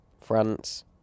France